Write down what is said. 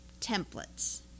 templates